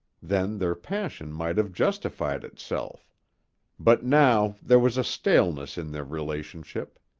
then their passion might have justified itself but now there was a staleness in their relationship.